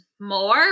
more